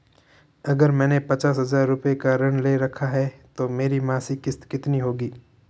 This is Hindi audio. अगर मैंने पचास हज़ार रूपये का ऋण ले रखा है तो मेरी मासिक किश्त कितनी होगी?